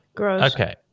okay